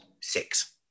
Six